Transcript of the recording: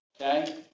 Okay